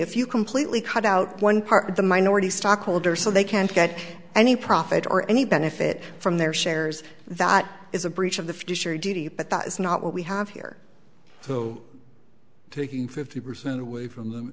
if you completely cut out one part of the minority stockholder so they can't get any profit or any benefit from their shares that is a breach of the fishery duty but that is not what we have here so taking fifty percent away from them